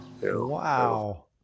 wow